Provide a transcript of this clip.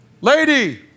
lady